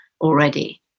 already